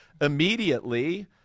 immediately